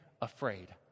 afraid